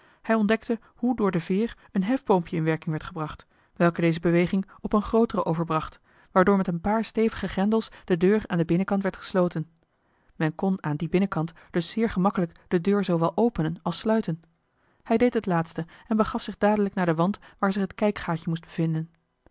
hij ontdekte hoe door de veer een hefboompje in werking werd gebracht welke deze beweging op een grooteren overbracht waardoor met een paar stevige grendels de deur aan den binnenkant werd gesloten men kon aan dien binnenkant dus zeer gemakkelijk de deur zoowel openen als sluiten hij deed het laatste en begaf zich dadelijk naar den wand waar zich het kijkgaatje moest bevinden